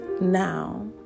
now